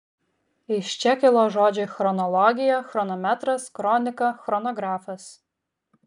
iš čia kilo žodžiai chronologija chronometras kronika chronografas